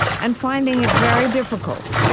and finding it very difficult,